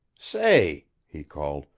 say! he called,